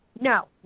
No